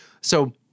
so-